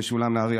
משולם נהרי,